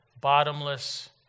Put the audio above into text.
bottomless